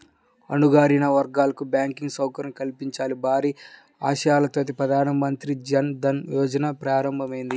అణగారిన వర్గాలకు బ్యాంకింగ్ సౌకర్యం కల్పించాలన్న భారీ ఆశయంతో ప్రధాన మంత్రి జన్ ధన్ యోజన ప్రారంభమైంది